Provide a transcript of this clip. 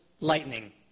lightning